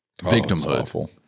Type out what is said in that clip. victimhood